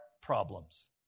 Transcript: problems